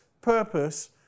purpose